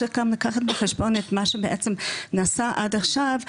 צריך לקחת בחשבון את מה שבעצם נעשה עד עכשיו.